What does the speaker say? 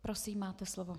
Prosím, máte slovo.